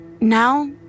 Now